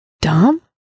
Dom